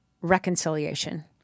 reconciliation